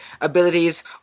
abilities –